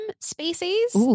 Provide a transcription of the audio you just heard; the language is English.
species